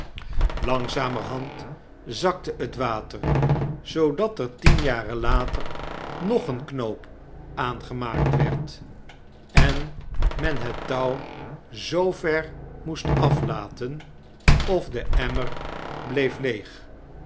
langzamerhand zakte het water zoodat er tien jaren later nog een knoop aangemaakt werd en men het touw zoover moest aflaten of de emmer bleef leeg